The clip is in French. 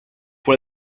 pour